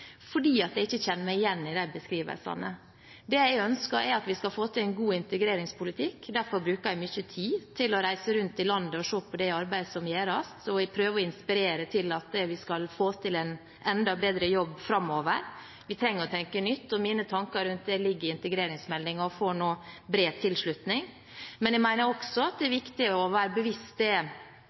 fordi jeg ikke kjenner meg igjen i de beskrivelsene. Det jeg ønsker, er at vi skal få til en god integreringspolitikk. Derfor bruker jeg mye tid til å reise rundt i landet og se på det arbeidet som gjøres, og jeg prøver å inspirere til at vi skal få til en enda bedre jobb framover. Vi trenger å tenke nytt, og mine tanker rundt det ligger i integreringsmeldingen og får nå bred oppslutning. Men jeg mener også det er viktig å være bevisst det